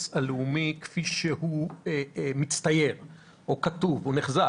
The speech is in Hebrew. הלאומי כפי שהוא מצטייר או כתוב או נחזה.